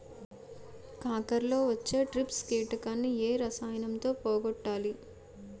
కాకరలో వచ్చే ట్రిప్స్ కిటకని ఏ రసాయనంతో పోగొట్టాలి?